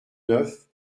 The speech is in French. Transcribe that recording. neuf